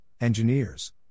engineers